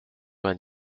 vingt